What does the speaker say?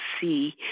see